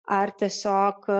ar tiesiog